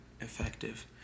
effective